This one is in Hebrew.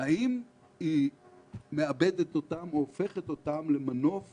האם היא מאבדת אותם או הופכת אותם למנוף